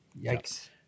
Yikes